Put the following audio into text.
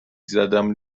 زدم